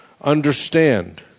understand